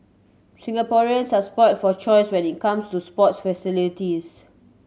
Singaporeans are spoilt for choice when it comes to sports facilities